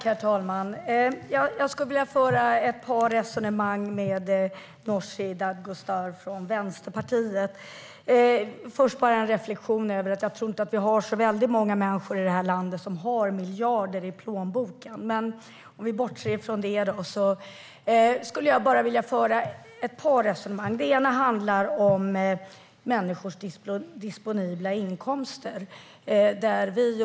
Herr talman! Jag tror inte att det är väldigt många människor i vårt land som har miljarder i plånboken, men låt oss bortse från det. Jag vill föra ett par resonemang med Vänsterpartiets Nooshi Dadgostar. Det handlar till att börja med om människors disponibla inkomster.